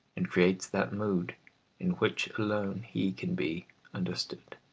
and creates that mood in which alone he can be understood.